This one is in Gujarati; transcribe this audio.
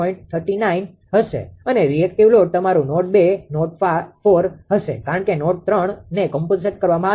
39 હશે અને રિએક્ટિવ લોડ તમારુ નોડ 2 અને નોડ 4 હશે કારણ કે નોડ 3 ને કોમ્પનસેટ કરવામાં આવ્યું છે